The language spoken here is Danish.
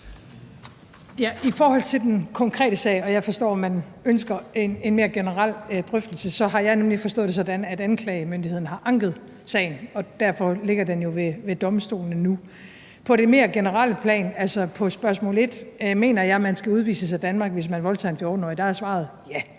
I forhold til den konkrete sag, og jeg forstår, at man ønsker en mere generel drøftelse, har jeg nemlig forstået det sådan, at anklagemyndigheden har anket sagen, og at den jo nu derfor ligger ved domstolene. På det mere generelle plan, altså i forhold til spørgsmål 1, mener jeg, at man skal udvises af Danmark, hvis man voldtager en 14-årig. Så der er svaret ja,